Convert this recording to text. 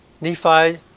Nephi